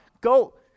Go